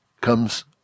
comes